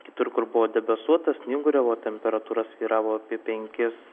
kitur kur buvo debesuota snyguriavo temperatūra svyravo apie penkis